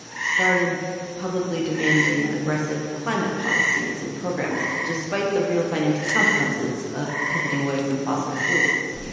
started publicly demanding aggressive climate policies and programs despite the real financial consequences of pivoting away from fossil fuels,